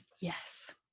Yes